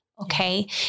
Okay